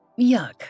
Yuck